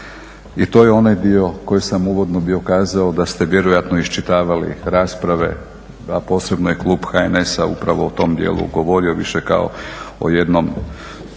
I to je onaj dio koji sam uvodno bio kazao da ste vjerojatno iščitavali rasprave, a posebno je klub HNS-a upravo u tom dijelu govorio više kao o jednom